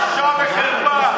600. עכשיו מכילים מתים.